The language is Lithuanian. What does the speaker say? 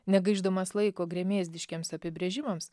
negaišdamas laiko gremėzdiškiems apibrėžimams